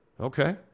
Okay